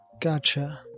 Gotcha